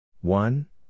One